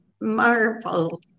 marvel